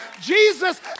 Jesus